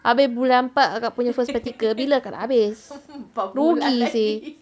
habis bulan empat kakak punya first practical bila kakak nak habis rugi seh